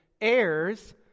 heirs